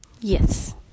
Yes